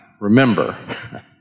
remember